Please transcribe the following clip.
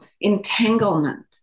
entanglement